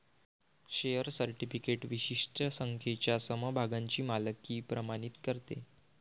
share certificate विशिष्ट संख्येच्या समभागांची मालकी प्रमाणित करते